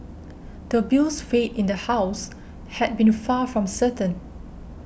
the bill's fate in the house had been far from certain